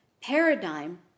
paradigm